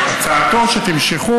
הצעתו היא שתמשכו,